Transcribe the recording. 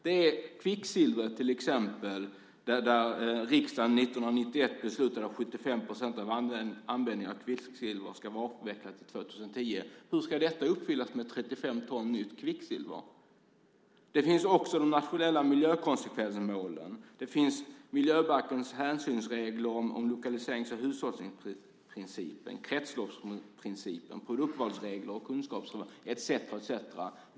Till exempel beslutade riksdagen 1991 att 75 % av användningen av kvicksilver ska vara avvecklad till 2010. Hur ska detta uppfyllas med 35 ton nytt kvicksilver? Vi har de nationella miljökonsekvensmålen, miljöbalkens hänsynsregler om lokaliserings och hushållningsprincipen, kretsloppsprincipen, produktvalsregler etcetera.